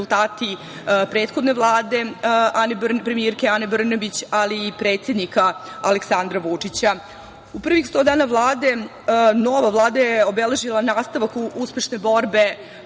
prethodne Vlade premijerke Ane Brnabić, ali i predsednika Aleksandra Vučića.U prvih 100 dana Vlade nova Vlada je obeležila nastavak u uspešne borbe